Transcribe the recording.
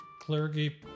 clergy